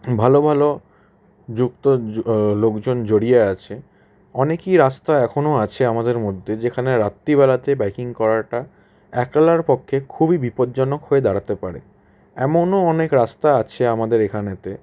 ভালো ভালো যুক্ত লোকজন জড়িয়ে আছে অনেকই রাস্তা এখনও আছে আমাদের মধ্যে যেখানে রাত্রিবেলাতে বাইকিং করাটা একলার পক্ষে খুবই বিপজ্জনক হয়ে দাঁড়াতে পারে এমনও অনেক রাস্তা আছে আমাদের এখানেতে